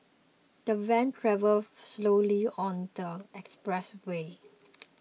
the van travelled slowly on the expressway